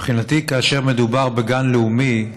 מבחינתי, כאשר מדובר בגן לאומי,